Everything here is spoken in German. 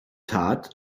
tat